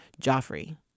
Joffrey